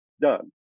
done